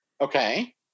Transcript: Okay